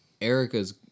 Erica's